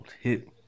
hit